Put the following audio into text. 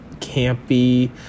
campy